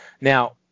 Now